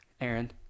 Aaron